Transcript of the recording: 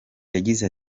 yagize